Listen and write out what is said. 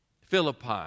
Philippi